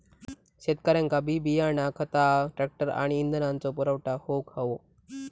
शेतकऱ्यांका बी बियाणा खता ट्रॅक्टर आणि इंधनाचो पुरवठा होऊक हवो